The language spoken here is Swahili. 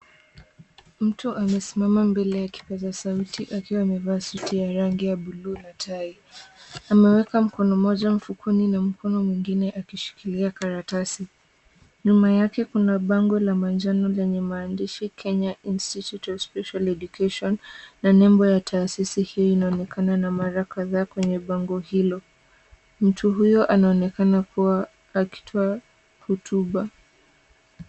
Mtu amesimama mbele ya kipaza sauti akiwa amevaa suti ya rangi ya blue na tai. Ameweka mkono mmoja mfukoni na mkono mwingine akishikilia karatasi. Nyuma yake kuna bango la manjano lenye maandishi Kenya institute of special education na nembo ya taasisi hiyo inaonekana na mara kadhaa kwenye bango hilo. Mtu huyo anaonekana kuwa akitoa hotuba.